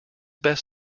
best